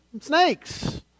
snakes